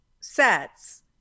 sets